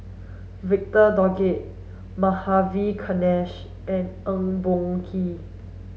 Victor Doggett Madhavi Krishnan and Eng Boh Kee